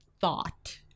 thought